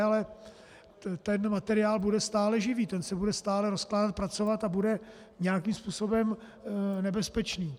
Ale ten materiál bude stále živý, ten se bude stále rozkládat, pracovat a bude nějakým způsobem nebezpečný.